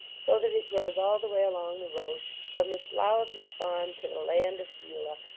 so that it grows all the way along the road from the slough of despond to the land of beulah,